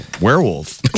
werewolf